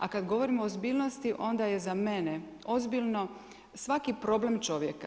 A kad govorimo o ozbiljnosti, onda je za mene ozbiljno svaki problem čovjeka.